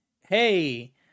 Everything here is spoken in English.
hey